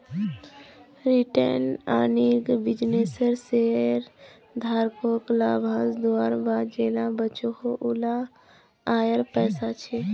retained earning बिज्नेसेर शेयरधारकोक लाभांस दुआर बाद जेला बचोहो उला आएर पैसा छे